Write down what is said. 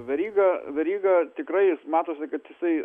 veryga veryga tikrai jis matosi kad jisai